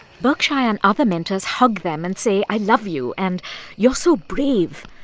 berkshire and other mentors hug them and say, i love you, and you're so brave.